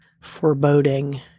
foreboding